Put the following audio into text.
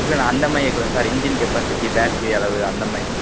இல்லை நான் அந்தமாதிரி கேட்கல சார் இன்ஜின் கெப்பாசிட்டி பேட்ரி அளவு அந்தமாதிரி